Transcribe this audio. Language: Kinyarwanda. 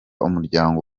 umuryango